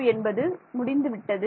Hn−12 என்பது முடிந்து போய்விட்டது